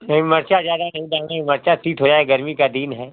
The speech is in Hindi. मिर्चा ज्यादा नहीं डालेंगे मिर्चा तीता हो जाएगा गर्मी का दिन है